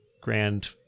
grand